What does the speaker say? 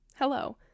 Hello